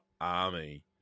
army